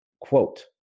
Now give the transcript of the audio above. quote